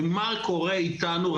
ומה קורה איתנו,